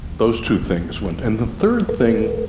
those two things went, and the third thing,